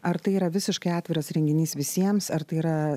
ar tai yra visiškai atviras renginys visiems ar tai yra